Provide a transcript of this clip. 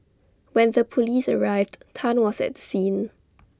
when the Police arrived Tan was at the scene